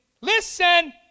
listen